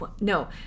No